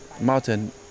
mountain